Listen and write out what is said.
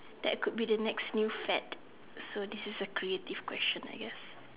that could be next new fad so this is a creative question I guess